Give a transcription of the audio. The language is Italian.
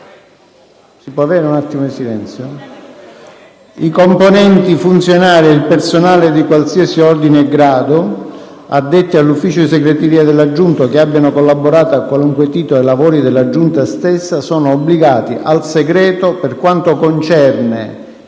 parlamentari così recita: «I componenti, i funzionari ed il personale di qualsiasi ordine e grado addetti all'ufficio di segreteria della Giunta, o che abbiano collaborato, a qualunque titolo, ai lavori della Giunta stessa, sono obbligati al segreto per quanto concerne i